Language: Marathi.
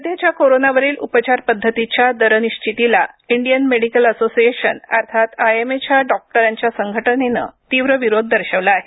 सध्याच्या कोरोनावरील उपचार पद्धतीच्या दर निश्चितीला इंडियन मेडिकल असोसिएशन अर्थात आयएमए या डॉक्टरांच्या संघटनेनं तीव्र विरोध दर्शवला आहे